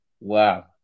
Wow